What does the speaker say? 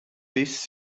this